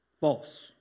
False